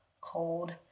cold